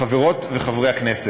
חברות וחברי הכנסת,